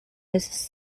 his